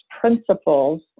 principles